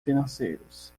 financeiros